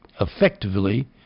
effectively